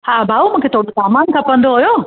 हा भाऊ मूंखे थोरो सामान खपंदो हुयो